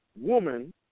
woman